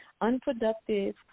unproductive